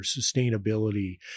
sustainability